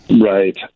Right